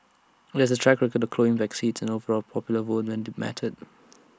IT has A track record of clawing back seats and overall popular vote when IT mattered